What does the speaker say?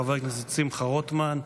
חבר הכנסת שמחה רוטמן,